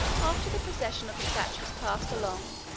after the procession of the statues passed along,